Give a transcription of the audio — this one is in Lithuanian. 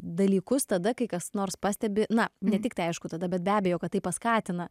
dalykus tada kai kas nors pastebi na ne tiktai aišku tada bet be abejo kad tai paskatina